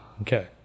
Okay